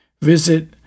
Visit